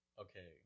okay